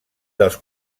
dels